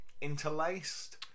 interlaced